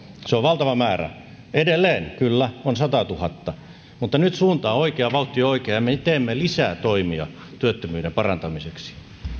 se on valtava määrä edelleen kyllä on satatuhatta mutta nyt suunta on oikea vauhti on oikea ja me teemme lisää toimia työttömyyden parantamiseksi